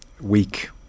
week